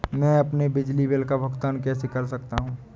मैं अपने बिजली बिल का भुगतान कैसे कर सकता हूँ?